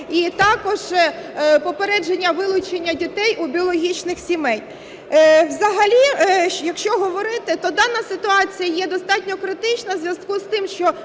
і також попередження вилучення дітей у біологічних сімей. Взагалі, якщо говорити, то дана ситуація є достатньо критична в зв'язку з тим,